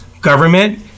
government